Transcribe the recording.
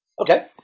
Okay